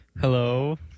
Hello